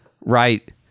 right